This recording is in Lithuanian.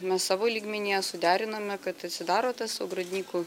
mes savo lygmenyje suderinome kad atsidaro tas su ogrodniku